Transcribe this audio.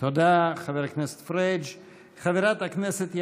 תודה, חבר הכנסת פריג'.